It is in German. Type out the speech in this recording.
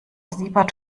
siebert